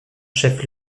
chef